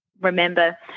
remember